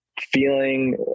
feeling